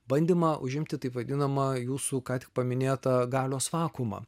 bandymą užimti taip vadinamą jūsų ką tik paminėtą galios vakuumą